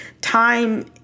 time